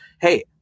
hey